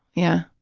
yeah.